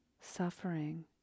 suffering